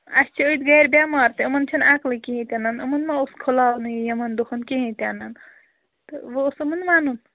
اَسہِ چھِ أتھۍ گَرِ بٮ۪مار تہٕ یِمَن چھِنہٕ اَکلٕے کِہیٖنۍ تہِ نَن یِمَن ما اوس کھُلاونٕے یِمَن دۄہَن کِہیٖنۍ تہِ نہٕ تہٕ وٕ اوس یِمَن وَنُن